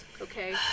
okay